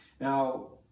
Now